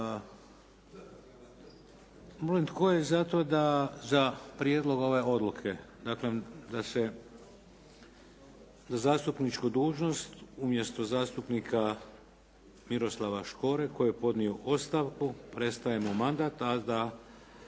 Molim tko je za to da za prijedlog ove odluke, daklem da se, da zastupničku dužnost umjesto zastupnika Miroslava Škore koji je podnio ostavku, prestaje mu mandat, a da